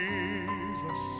Jesus